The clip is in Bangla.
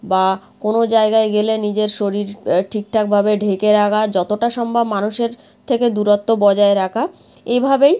বা কোনো জায়গায় গেলে নিজের শরীর ঠিকঠাকভাবে ঢেকে রাখা যতোটা সম্ভব মানুষের থেকে দূরত্ব বজায় রাখা এইভাবেই